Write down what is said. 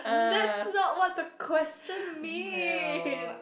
that's not what the question means